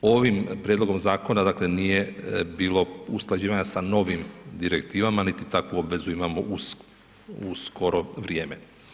Ovim prijedlogom zakona dakle nije bilo usklađivanja sa novim direktivama niti takvu obvezu imamo u skoro vrijeme.